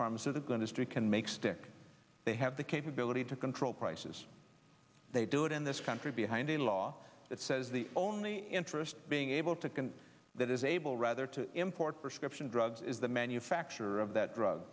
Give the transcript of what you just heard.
pharmaceutical industry can make stick they have the capability to control prices they do it in this country behind a law that says the only interest being able to can that is able rather to import prescription drugs is the manufacture of that drug